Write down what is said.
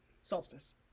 Solstice